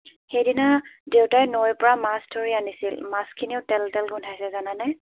সেইদিনা দেউতাই নৈৰ পৰা মাছ ধৰি আনিছিল মাছখিনিও তেল তেল গোন্ধাইছে জানানে